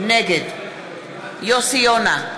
נגד יוסי יונה,